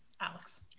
Alex